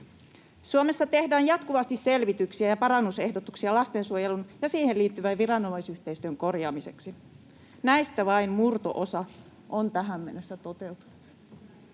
Suomessa tehdään jatkuvasti selvityksiä ja parannusehdotuksia lastensuojelun ja siihen liittyvän viranomaisyhteistyön korjaamiseksi. Näistä vain murto-osa on tähän mennessä toteutunut.